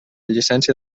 llicència